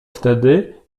wtedy